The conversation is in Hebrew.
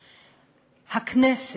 הכנסת,